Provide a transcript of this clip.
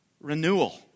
renewal